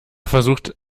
versucht